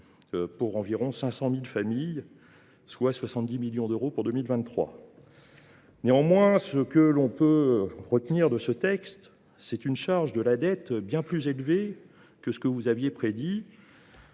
pour environ 500 000 familles qui seront versés, soit 70 millions d’euros pour 2023. Néanmoins, ce que l’on peut retenir de ce texte, c’est une charge de la dette bien plus élevée que ce qu’avait prédit